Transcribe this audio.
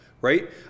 right